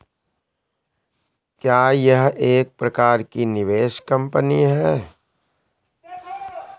क्या यह एक प्रकार की निवेश कंपनी है?